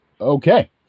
Okay